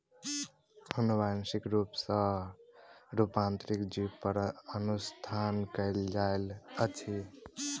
अनुवांशिक रूप सॅ रूपांतरित जीव पर अनुसंधान कयल जाइत अछि